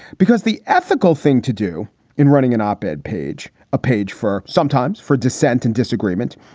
because the ethical thing to do in running an op ed page, a page for sometimes for dissent and disagreement,